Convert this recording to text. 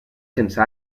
sense